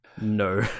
no